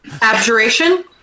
Abjuration